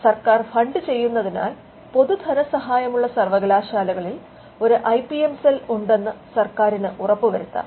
സർക്കാർ ഫണ്ട് ചെയ്യുന്നതിനാൽ പൊതു ധനസഹായമുള്ള സർവ്വകലാശാലകളിൽ ഒരു ഐ പി എം സെൽ ഉണ്ടെന്നു സർക്കാരിന് ഉറപ്പുവരുത്താം